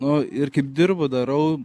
nu ir kaip dirbu darau